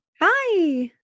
Hi